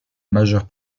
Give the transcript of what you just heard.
majeure